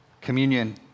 communion